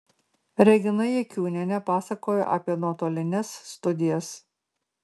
regina jakiūnienė pasakojo apie nuotolines studijas